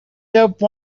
dope